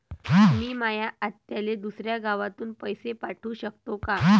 मी माया आत्याले दुसऱ्या गावातून पैसे पाठू शकतो का?